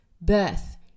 birth